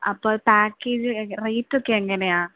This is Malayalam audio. അപ്പം പാക്കേജ് റേറ്റൊക്കെ എങ്ങനെയാണ്